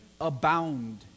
abound